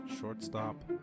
Shortstop